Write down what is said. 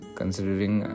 considering